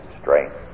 strength